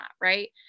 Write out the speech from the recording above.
right